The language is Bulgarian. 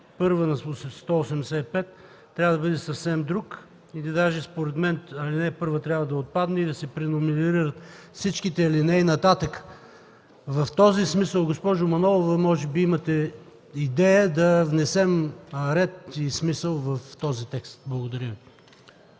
1 на чл. 185 трябва да бъде съвсем друг. Даже според мен ал. 1 трябва да отпадне и да се преномерират всичките алинеи нататък. В този смисъл, госпожо Манолова, може би имате идея да внесем ред и смисъл в този текст. Благодаря Ви.